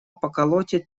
поколотит